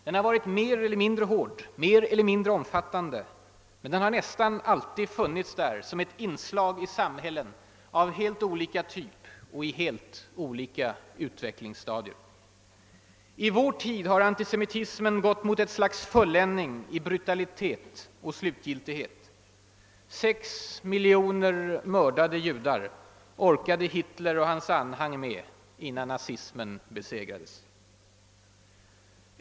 Den har varit mer eller mindre hård, mer eller mindre omfattande — men den har nästan alltid funnits där som ett inslag i samhällen av helt olika typ och i helt olika utvecklingsstadier. I vår tid har antisemitismen gått mot ett slags fulländning i brutalitet och slutgiltighet. Sex miljoner mördade judar orkade Hitler och hans anhang med innan nazismen besegrades.